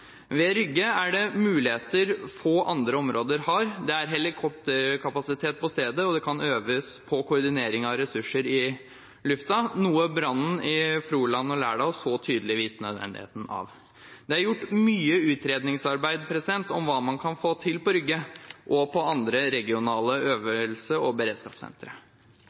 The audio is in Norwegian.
Ved Rygge er det muligheter få andre områder har. Det er helikopterkapasitet på stedet, og det kan øves på koordinering av ressurser i luften, noe brannene i Froland og Lærdal så tydelig viste nødvendigheten av. Det er gjort mye utredningsarbeid om hva man kan få til på Rygge og på andre regionale øvelses- og